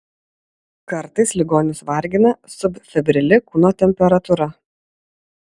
kartais ligonius vargina subfebrili kūno temperatūra